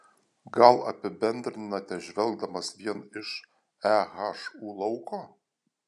gal apibendrinate žvelgdamas vien iš ehu lauko